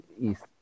East